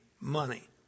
money